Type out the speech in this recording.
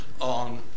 on